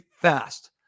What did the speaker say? fast